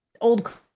old